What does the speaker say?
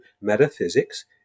metaphysics